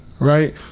Right